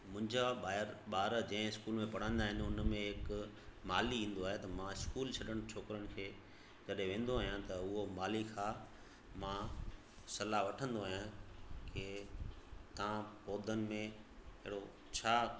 मुंहिंजा ॿाहिरि ॿार जंहिं स्कूल में पढ़ंदा आहिनि उन में हिकु माली ईंदो आहे त मां इस्कूल छॾण छोकरनि खे जॾहिं वेंदो आहियां त उहो माली खां मां सलाहु वठंदो आहियां की तव्हां पौधनि में अहिड़ो छा